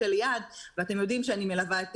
בסגר השלישי, צריך מראש להגיד שחנויות הצעצועים הן